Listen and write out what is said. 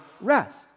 rest